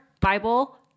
Bible